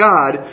God